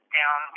down